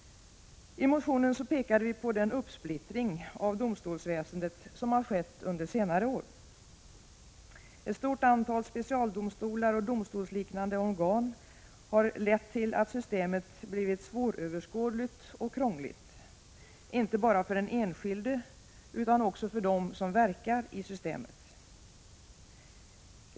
I motionen pekade vi på den uppsplittring av domstolsväsendet som skett under senare år. Ett stort antal specialdomstolar och domstolsliknande organ harlett till att systemet blivit svåröverskådligt och krångligt, inte bara för den enskilde utan också för dem som verkar i systemet.